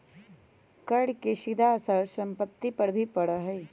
कर के सीधा असर सब के सम्पत्ति पर भी पड़ा हई